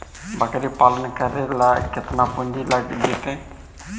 बकरी पालन करे ल केतना पुंजी लग जितै?